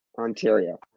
Ontario